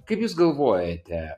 kaip jūs galvojate